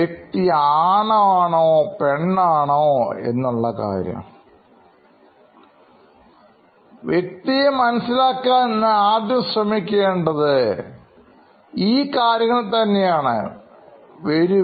വ്യക്തി ആണോ പെണ്ണോ എന്നുള്ള കാര്യം ഉള്ള പ്രധാനപ്പെട്ട ആണ്